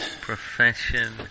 Profession